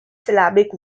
syllabic